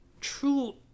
true